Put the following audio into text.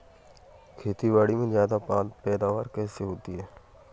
खेतीबाड़ी में ज्यादा पैदावार कैसे होती है?